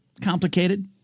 complicated